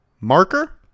Marker